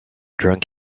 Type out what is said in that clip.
drunk